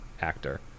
actor